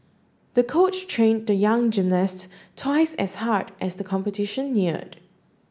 the coach trained the young gymnast twice as hard as the competition neared